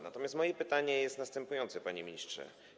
Natomiast moje pytanie jest następujące, panie ministrze.